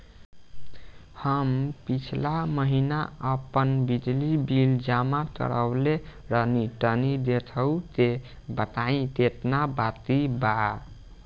हम पिछला महीना आपन बिजली बिल जमा करवले रनि तनि देखऽ के बताईं केतना बाकि बा?